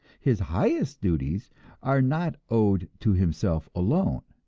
his highest duties are not owed to himself alone.